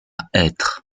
hêtres